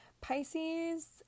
Pisces